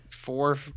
four